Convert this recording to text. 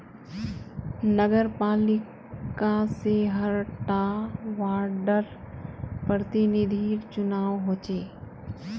नगरपालिका से हर टा वार्डर प्रतिनिधिर चुनाव होचे